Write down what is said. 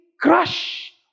crush